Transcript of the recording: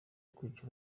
kwica